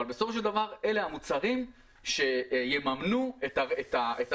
אבל בסופו של דבר אלה המוצרים שיממנו את הרשת